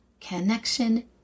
connection